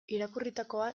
irakurritakoa